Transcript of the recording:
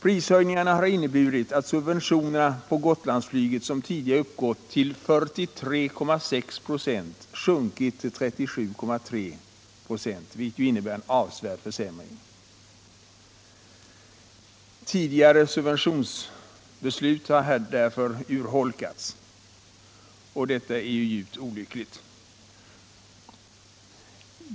Prishöjningarna har inneburit att subventionerna på Gotlandsflyget, som tidigare uppgått till 43 96, sjunkit till 37 26, vilket innebär en avsevärd försämring. Tidigare subventionsbeslut har därför urholkats. Detta är djupt olyckligt.